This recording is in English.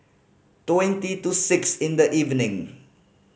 twenty to six in the evening